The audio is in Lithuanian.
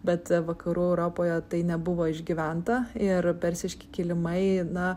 bet vakarų europoje tai nebuvo išgyventa ir persiški kilimai na